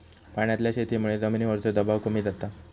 पाण्यातल्या शेतीमुळे जमिनीवरचो दबाव कमी जाता